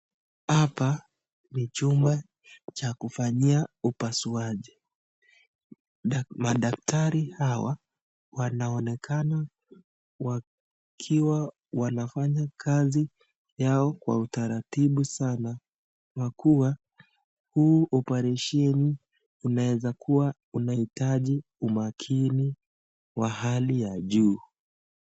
Hapa ni chumba cha kufanyia upasuaji, madaktari hawa wanaonekana wakiwa wanfanya kazi yao kwa utaratibu sana kwa kuwa huu operesheni unaweza kuwa unahitaji umakini wa hali ya juu.